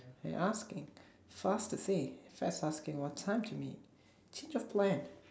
I asking for us to say Seth's asking what time to meet she just went